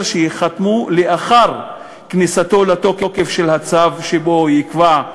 שייחתמו לאחר כניסתו לתוקף של הצו שבו ייקבעו